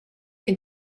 can